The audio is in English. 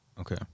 okay